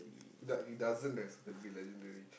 da~ it doesn't has a bit legendary